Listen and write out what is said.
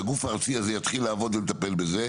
זה שהגוף הארצי הזה יתחיל לעבוד ולטפל בזה,